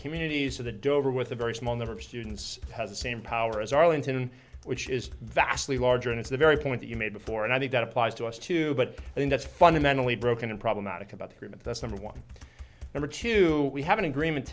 communities to the dover with a very small number of students has the same power as arlington which is vastly larger and it's the very point that you made before and i think that applies to us too but i think that's fundamentally broken problematic about the treatment that's number one number two we have an agreement